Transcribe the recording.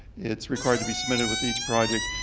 it's required to be submitted with each project.